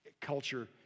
Culture